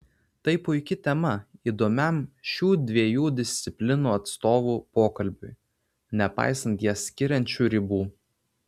tai puiki tema įdomiam šių dviejų disciplinų atstovų pokalbiui nepaisant jas skiriančių ribų